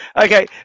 okay